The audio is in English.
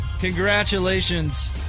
congratulations